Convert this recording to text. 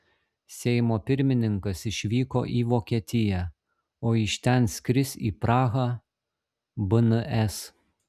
seimo pirmininkas išvyko į vokietiją o iš ten skris į prahą bns